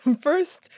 First